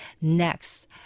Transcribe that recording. next